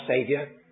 Saviour